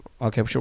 Okay